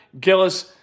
Gillis